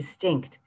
distinct